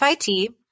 FIT